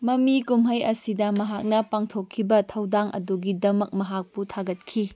ꯃꯃꯤ ꯀꯨꯝꯍꯩ ꯑꯁꯤꯗ ꯃꯍꯥꯛꯅ ꯄꯥꯡꯊꯣꯛꯈꯤꯕ ꯊꯧꯗꯥꯡ ꯑꯗꯨꯒꯤꯗꯃꯛ ꯃꯍꯥꯛꯄꯨ ꯊꯥꯒꯠꯈꯤ